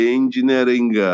engineering